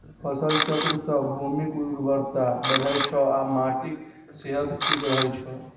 फसल चक्र सं भूमिक उर्वरता बढ़ै छै आ माटिक सेहत ठीक रहै छै